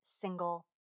single